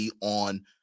on